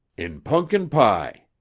in punkin pie.